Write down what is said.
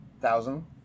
thousand